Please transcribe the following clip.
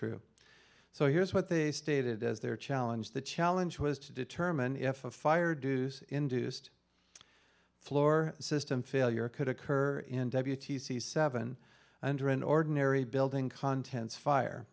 true so here's what they stated as their challenge the challenge was to determine if a fire duce induced floor system failure could occur in deputy c seven under an ordinary building contents fire